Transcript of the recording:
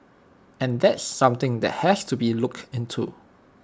and that's something that has to be looked into